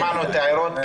שמענו את ההערות.